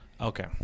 Okay